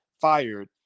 fired